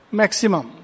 maximum